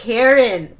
Karen